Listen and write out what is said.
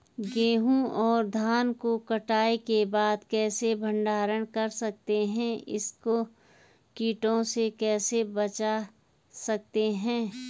गेहूँ और धान को कटाई के बाद कैसे भंडारण कर सकते हैं इसको कीटों से कैसे बचा सकते हैं?